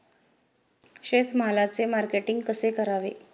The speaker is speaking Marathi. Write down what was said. शेतमालाचे मार्केटिंग कसे करावे?